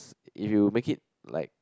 if you make it like